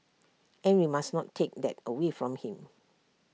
and we must not take that away from him